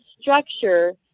structure